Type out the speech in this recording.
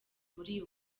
muri